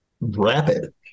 rapid